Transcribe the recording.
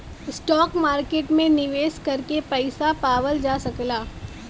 stock market में निवेश करके पइसा पावल जा सकला